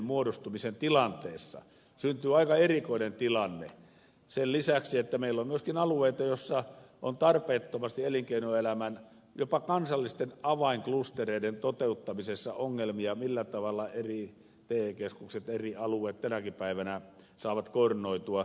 syntyy aika erikoinen tilanne sen lisäksi että meillä on myöskin alueita joissa on tarpeettomasti jopa elinkeinoelämän kansallisten avainklustereiden toteuttamisessa ongelmia siinä millä tavalla eri te keskukset eri alueet tänäkin päivänä saavat koordinoitua